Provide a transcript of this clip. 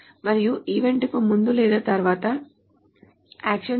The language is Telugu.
మరియు ఈవెంట్కు ముందు లేదా తరువాత యాక్షన్ చేయవచ్చు